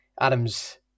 Adam's